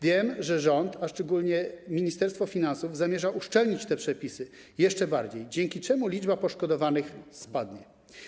Wiem, że rząd, a szczególnie Ministerstwo Finansów, zamierza uszczelnić te przepisy jeszcze bardziej, dzięki czemu liczba poszkodowanych spadnie.